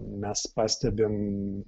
mes pastebim